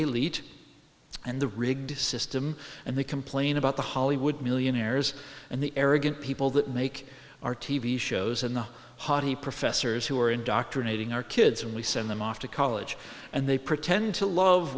elite and the rigged system and they complain about the hollywood millionaires and the arrogant people that make our t v shows and the haughty professors who are indoctrinating our kids and we send them off to college and they pretend to love